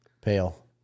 pale